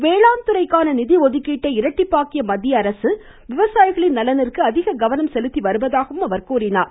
வேளாண் துறைக்கான நிதி ஒதுக்கீட்டை இரட்டிப்பாக்கிய மத்திய அரசு விவசாயிகளின் நலனிற்கு அதிக கவனம் செலுத்தி வருவதாக தெரிவித்தார்